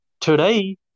Today